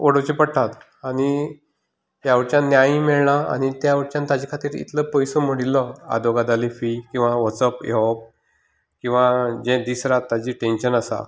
उडोवचे पडटात आनी ह्या वाटेतल्यान न्यायूय मेळना आनी त्या वटेच्यान ताजे खातीर इतलो पयसो मोडिल्लो आदवोगादाली फी किंवा वचप येवप किंवा जे दीस रात ताजें टेंशन आसा